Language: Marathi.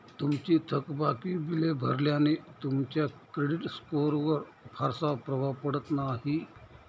तुमची थकबाकी बिले भरल्याने तुमच्या क्रेडिट स्कोअरवर फारसा प्रभाव पडत नाही